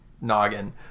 noggin